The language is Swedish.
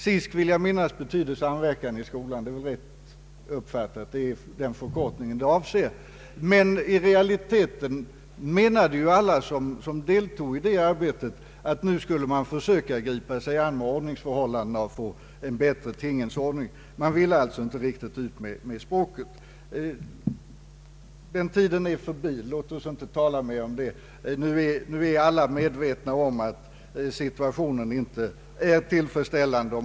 SISK betyder samverkan i skolan, men i realiteten menade ju alla som deltog i det arbetet att man skulle försöka gripa sig an med ordningsförhållandena och få det bättre. Man ville alltså inte ut med språket. Den tiden är förbi. Låt oss inte tala mer om det. Vi är alla medvetna om att situationen inte är tillfredsställande.